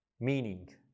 meaning